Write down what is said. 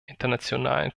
internationalen